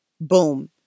Boom